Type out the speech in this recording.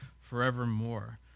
forevermore